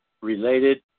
related